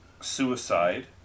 suicide